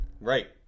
Right